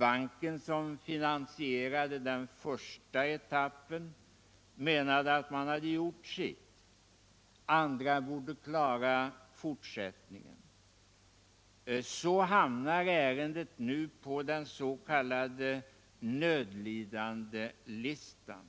Banken som finansierat den första etappen menade att man gjort sitt. Andra borde klara fortsättningen. Så hamnar ärendet på ”nödlistan”.